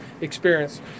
experience